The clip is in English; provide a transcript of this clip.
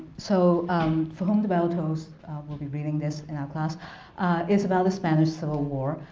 so for whom the bell tolls we'll be reading this in class is about the spanish civil war.